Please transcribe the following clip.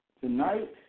tonight